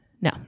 no